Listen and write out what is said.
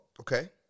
okay